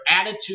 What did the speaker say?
attitude